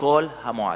בכל המועדים.